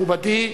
מכובדי,